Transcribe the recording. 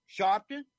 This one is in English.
Sharpton